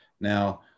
Now